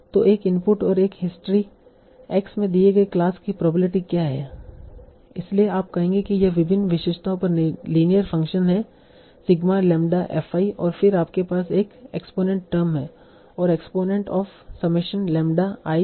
तो एक इनपुट और एक हिस्ट्री x में दिए गए क्लास की प्रोबेबिलिटी क्या है इसलिए आप कहेंगे कि यह विभिन्न विशेषताओं पर लीनियर फंक्शन है सिग्मा लैम्ब्डा f i और फिर आपके पास एक एक्सपोनेंट टर्म है exponent of summation lambda i f i